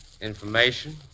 Information